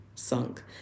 Sunk